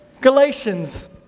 Galatians